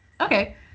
Okay